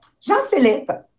Jean-Philippe